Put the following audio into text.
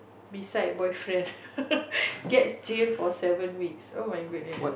beside boyfriend gets jailed for seven weeks oh-my-goodness